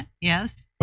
yes